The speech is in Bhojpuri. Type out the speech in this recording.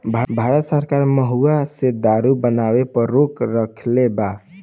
भारत सरकार महुवा से दारू बनावे पर रोक रखले बा